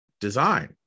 design